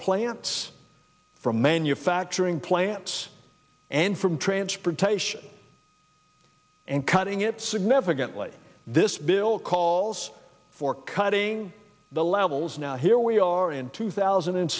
plants from manufacturing plants and from transportation and cutting it significantly this bill calls for cutting the levels now here we are in two thousand and